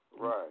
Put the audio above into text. right